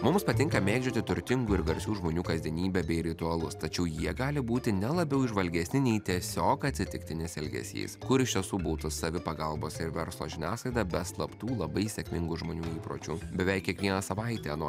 mums patinka mėgdžioti turtingų ir garsių žmonių kasdienybę bei ritualus tačiau jie gali būti ne labiau įžvalgesni nei tiesiog atsitiktinis elgesys kur iš tiesų būta savipagalbos ir verslo žiniasklaida be slaptų labai sėkmingų žmonių įpročių beveik kiekvieną savaitę anot